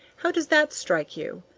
how does that strike you?